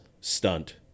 stunt